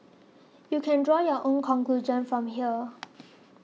you can draw your own conclusion from here